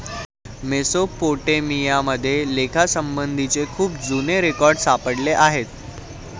Mesopotamia मध्ये लेखासंबंधीचे खूप जुने रेकॉर्ड सापडले आहेत